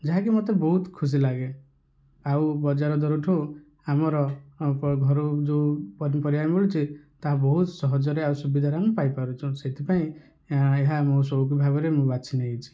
ଯାହାକି ମତେ ବହୁତ ଖୁସି ଲାଗେ ଆଉ ବଜାର ଦରଠାରୁ ଆମର ଘରୁ ଯେଉଁ ପନିପରିବା ମିଳୁଛି ତାହା ବହୁତ ସହଜରେ ଆଉ ସୁବିଧାରେ ଆମେ ପାଇପାରୁଛୁ ସେଥିପାଇଁ ଏହା ମୁଁ ସଉକ ଭାବରେ ମୁଁ ବାଛିନେଇଛି